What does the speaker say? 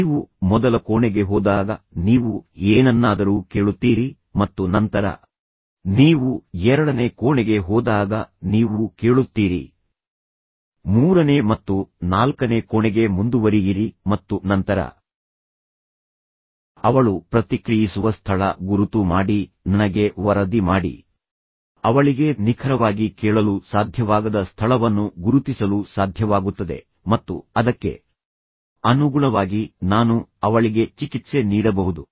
ನೀವು ಮೊದಲ ಕೋಣೆಗೆ ಹೋದಾಗ ನೀವು ಏನನ್ನಾದರೂ ಕೇಳುತ್ತೀರಿ ಮತ್ತು ನಂತರ ನೀವು ಎರಡನೇ ಕೋಣೆಗೆ ಹೋದಾಗ ನೀವು ಕೇಳುತ್ತೀರಿ ಮೂರನೇ ಮತ್ತು ನಾಲ್ಕನೇ ಕೋಣೆಗೆ ಮುಂದುವರಿಯಿರಿ ಮತ್ತು ನಂತರ ಅವಳು ಪ್ರತಿಕ್ರಿಯಿಸುವ ಸ್ಥಳ ಗುರುತು ಮಾಡಿ ನನಗೆ ವರದಿ ಮಾಡಿ ಅವಳಿಗೆ ನಿಖರವಾಗಿ ಕೇಳಲು ಸಾಧ್ಯವಾಗದ ಸ್ಥಳವನ್ನು ಗುರುತಿಸಲು ಸಾಧ್ಯವಾಗುತ್ತದೆ ಮತ್ತು ಅದಕ್ಕೆ ಅನುಗುಣವಾಗಿ ನಾನು ಅವಳಿಗೆ ಚಿಕಿತ್ಸೆ ನೀಡಬಹುದು